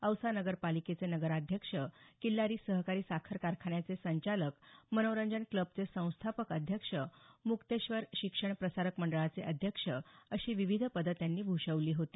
औसा नगर पालिकेचे नगराध्यक्ष किल्लारी सहकारी साखर कारखान्याचे संचालक मनोरंजन क्लबचे संस्थापक अध्यक्ष मुक्तेश्वर शिक्षण प्रसारक मंडळाचे अध्यक्ष अशी विविध पदं त्यांनी भूषवली होती